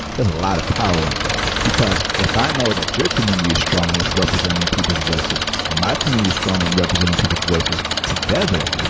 there's a lot of power in that, because if i know that your community is strong and it's representing people's voices and my community is strong on representing people's voices together,